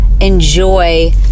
enjoy